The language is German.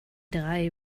drei